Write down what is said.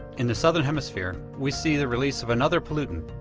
in the southern hemisphere, we see the release of another pollutant,